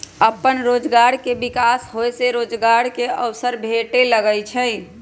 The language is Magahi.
अप्पन रोजगार के विकास होय से रोजगार के अवसर भेटे लगैइ छै